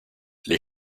les